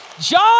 John